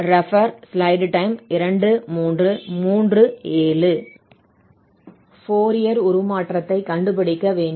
Fourier உருமாற்றத்தைக் கண்டுபிடிக்க வேண்டும்